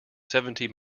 seventy